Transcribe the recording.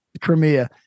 crimea